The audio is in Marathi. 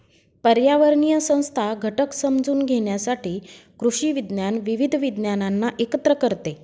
पर्यावरणीय संस्था घटक समजून घेण्यासाठी कृषी विज्ञान विविध विज्ञानांना एकत्र करते